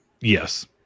yes